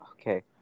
okay